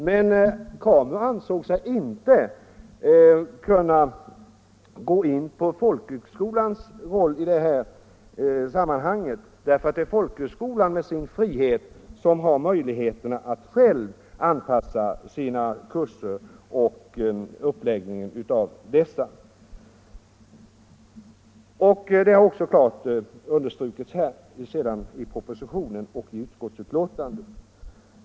Men KAMU ansåg sig inte kunna gå in på folkhögskolans roll i det här sammanhanget, för det är folkhögskolan med sin frihet som själv har möjlighet att anpassa uppläggningen av sina kurser. Det har också klart understrukits i propositionen och utskottsbetänkandet.